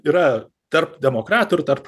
yra tarp demokratų ir tarp